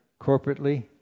corporately